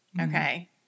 okay